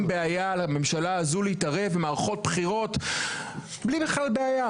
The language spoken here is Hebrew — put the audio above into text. בעיה לממשלה הזו להתערב במערכות בחירות בלי בכלל בעיה.